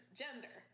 gender